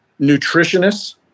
nutritionists